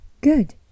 Good